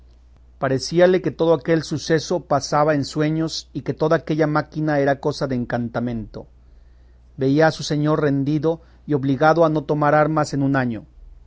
hacerse parecíale que todo aquel suceso pasaba en sueños y que toda aquella máquina era cosa de encantamento veía a su señor rendido y obligado a no tomar armas en un año